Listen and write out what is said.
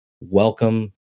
welcome